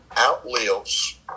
outlives